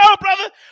brother